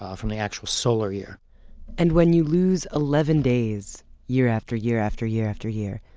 ah from the actual solar year and when you lose eleven days year after year after year after year,